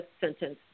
sentence